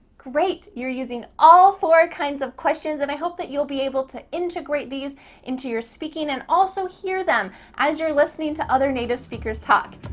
great. you're using all four kinds of questions. and i hope that you'll be able to integrate these into your speaking, and also hear them as you're listening to other native speakers talk.